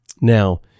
Now